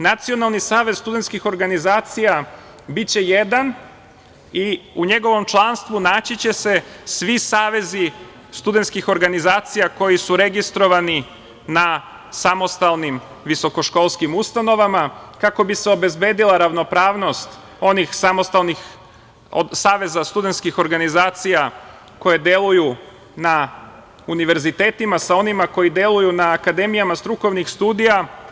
Nacionalni savez studentskih organizacije biće jedan i u njegovom članstvu naći će se svi savezi studentskih organizacija koji su registrovani na samostalnim visokoškolskim ustanovama kako bi se obezbedila ravnopravnost onih samostalnih saveza studentskih organizacije koje deluje na univerzitetima sa onima koji deluju na akademijama strukovnih studija.